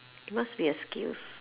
must be a skills